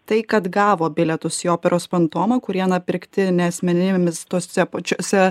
tai kad gavo bilietus į operos fantomą kur jie na pirkti ne asmenybėmis tose pačiose